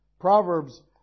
Proverbs